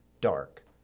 dark